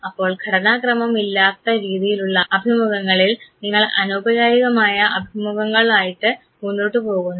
അപ്പോൾ ഘടനാ ക്രമം ഇല്ലാത്ത രീതിയിലുള്ള അഭിമുഖങ്ങളിൽ നിങ്ങൾ അനൌപചാരികമായ അഭിമുഖങ്ങളായിട്ട് മുന്നോട്ടു പോകുന്നു